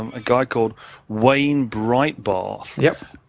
a guy called wayne breitbarth, yeah